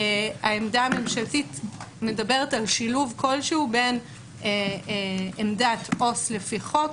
העמדה הממשלתית מדברת על שילוב כלשהו בין עמדת עובד סוציאלי לפי חוק,